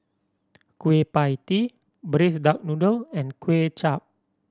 Kueh Pie Tee Braised Duck Noodle and Kuay Chap